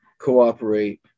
cooperate